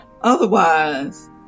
otherwise